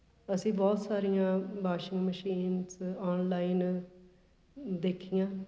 ਅਸੀਂ ਬਹੁਤ ਸਾਰੀਆਂ ਵਾਸ਼ਿੰਗ ਮਸ਼ੀਨਸ ਔਨਲਾਈਨ ਦੇਖੀਆਂ